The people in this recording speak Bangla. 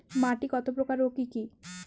মাটি কতপ্রকার ও কি কী?